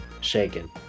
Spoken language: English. shaken